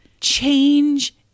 Change